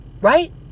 Right